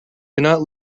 cannot